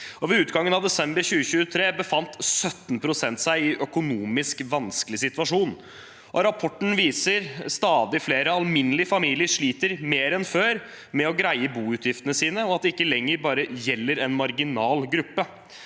Ved utgangen av desember 2023 befant 17 pst. seg i en økonomisk vanskelig situasjon. Rapporten viser at stadig flere alminnelige familier sliter mer enn før med å greie boutgiftene sine, og at det ikke lenger bare gjelder en marginal gruppe.